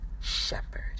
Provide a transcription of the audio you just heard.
shepherd